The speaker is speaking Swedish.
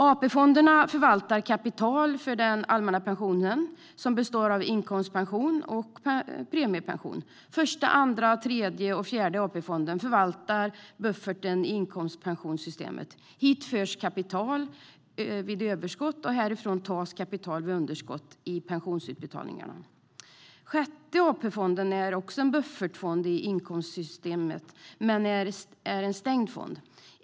AP-fonderna förvaltar kapital för den allmänna pensionen, som består av inkomstpension och premiepension. Första, Andra, Tredje och Fjärde AP-fonden förvaltar bufferten i inkomstpensionssystemet. Hit förs kapital vid överskott, och härifrån tas kapital vid underskott i pensionsutbetalningarna. Sjätte AP-fonden är också en buffertfond i inkomstsystemet, men det är en stängd fond.